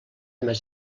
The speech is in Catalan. més